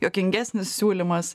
juokingesnis siūlymas